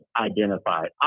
identified